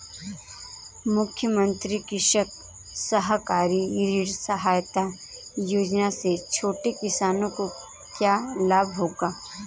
मुख्यमंत्री कृषक सहकारी ऋण सहायता योजना से छोटे किसानों को क्या लाभ होगा?